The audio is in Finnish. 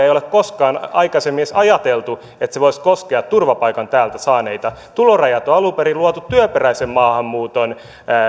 ei ole koskaan aikaisemmin edes ajateltu että ne voisivat koskea turvapaikan täältä saaneita tulorajat on alun perin luotu työperäisen maahanmuuton